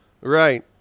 Right